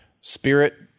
Spirit